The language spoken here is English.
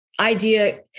idea